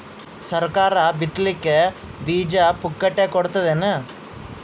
ಸರಕಾರ ಬಿತ್ ಲಿಕ್ಕೆ ಬೀಜ ಪುಕ್ಕಟೆ ಕೊಡತದೇನು?